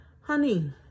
honey